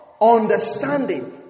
understanding